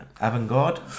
avant-garde